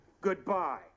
Goodbye